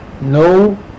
No